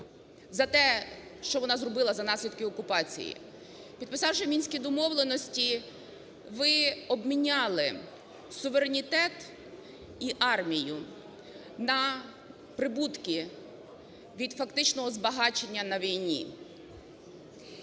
за те, що вона зробила за наслідки окупації, підписавши Мінські домовленості, ви обміняли суверенітет і армію на прибутки від фактичного збагачення на війні.